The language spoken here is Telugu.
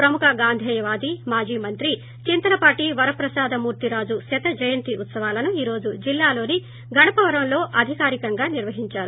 ప్రముఖ గాంధేయ వాది మాజీమంత్రి చింతలపాట్ వరప్రసాద మూర్తిరాజు శత జయంతి ఉత్సవాలను ఈ రోజు జిల్లాలోని గణపవరంలో అధికారికంగా నిర్వహించారు